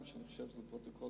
אני חושב שחשוב